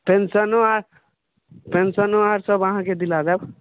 पेंसनो आर पेंसनो आर सब अहाँके दिला देब